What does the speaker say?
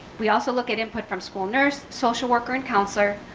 we also look at input from school nurse, social worker and counselor.